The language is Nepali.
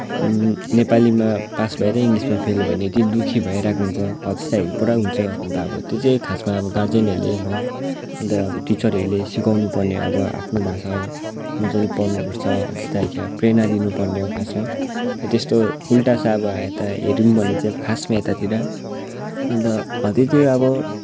नेपालीमा पास भएर इङ्ग्लिसमा फेल भयो भने ती दुःखी भइरहेको हुन्छ हो त्यस्तै खालको पुरा हुन्छ अन्त अब त्यो चाहिँ खासमा अब गार्जेनहरूले भयो अन्त अब टिचरहरूले सिकाउनुपर्ने अब आफ्नो भाषा हो मज्जाले पढ्नुपर्छ हो त्यस्तो खाले क्या प्रेरणा दिनुपर्ने हो खासमा तर त्यस्तो उल्टा छ अब यता हेरौँ भने चाहिँ खासमा यतातिर अन्त हो त्योतिर अब